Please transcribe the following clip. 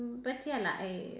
but ya lah I